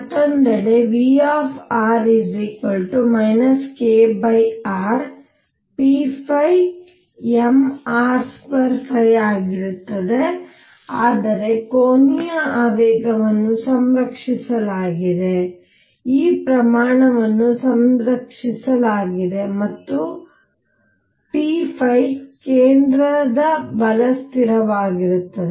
ಮತ್ತೊಂದೆಡೆ V k r p mr2ϕ ಆಗಿರುತ್ತದೆ ಆದರೆ ಕೋನೀಯ ಆವೇಗವನ್ನು ಸಂರಕ್ಷಿಸಲಾಗಿದೆ ಈ ಪ್ರಮಾಣವನ್ನು ಸಂರಕ್ಷಿಸಲಾಗಿದೆ ಮತ್ತು ಆದ್ದರಿಂದ p ಕೇಂದ್ರದ ಬಲ ಸ್ಥಿರವಾಗಿರುತ್ತದೆ